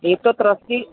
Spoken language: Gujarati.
એ તો ટ્રસ્ટી